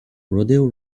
rodeo